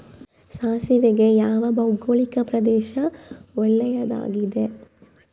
ಸಾಸಿವೆಗೆ ಯಾವ ಭೌಗೋಳಿಕ ಪ್ರದೇಶ ಒಳ್ಳೆಯದಾಗಿದೆ?